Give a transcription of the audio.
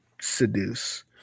seduce